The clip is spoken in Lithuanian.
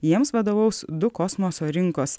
jiems vadovaus du kosmoso rinkos